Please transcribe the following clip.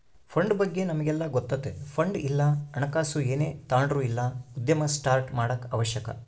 fund ಬಗ್ಗೆ ನಮಿಗೆಲ್ಲ ಗೊತ್ತತೆ ಫಂಡ್ ಇಲ್ಲ ಹಣಕಾಸು ಏನೇ ತಾಂಡ್ರು ಇಲ್ಲ ಉದ್ಯಮ ಸ್ಟಾರ್ಟ್ ಮಾಡಾಕ ಅವಶ್ಯಕ